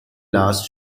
last